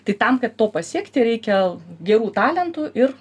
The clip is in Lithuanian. tai tam kad to pasiekti reikia gerų talentų ir